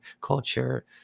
culture